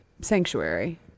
sanctuary